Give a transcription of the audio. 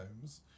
homes